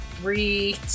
three